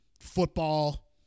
football